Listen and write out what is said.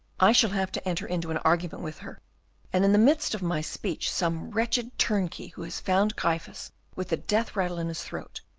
i shall have to enter into an argument with her and in the midst of my speech some wretched turnkey who has found gryphus with the death-rattle in his throat,